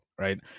right